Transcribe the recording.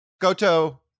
Goto